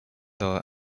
law